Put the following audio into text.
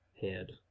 head